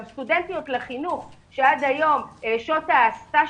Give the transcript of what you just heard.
גם סטודנטיות לחינוך שעד היום שעות ההעסקה